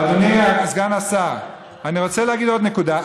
אדוני סגן השר, אני רוצה להגיד עוד מילה.